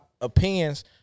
opinions